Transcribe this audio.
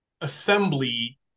assembly